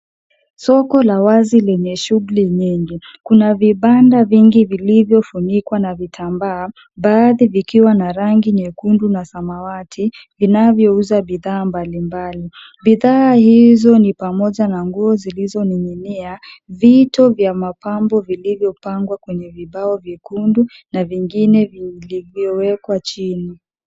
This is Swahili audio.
Soko la wazi lenye shughuli nyingi kuna vibanda vingi vilivyofunikwa na vitambaa baadhi vikiwa na rangi nyekundi na samati vinavyouza bidhaa mbali mbali. Bidha hizo ni pamoja na nguo zilivyoning'inia, vito vya mapambo vilivyopangwa kwenya vibao vyekundu na vingine vilivyowekwa chini.